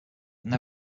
never